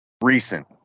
recent